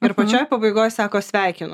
ir pačioj pabaigoj sako sveikinu